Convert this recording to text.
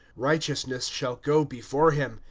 righteousness shall go before him,